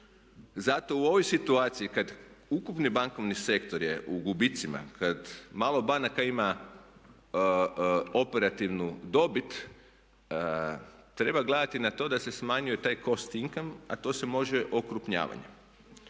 zato u ovoj situaciji kada ukupni bankovni sektor je u gubicima, kada malo banaka ima operativnu dobit, treba gledati na to da se smanjuje taj cost income a to se može okrupnjavanjem.